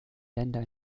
länder